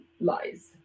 lies